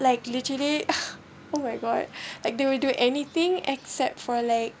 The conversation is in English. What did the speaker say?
like literally oh my god like they will do anything except for like